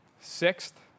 Sixth